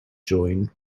join